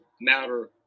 matter